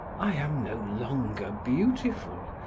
i am no longer beautiful,